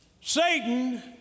Satan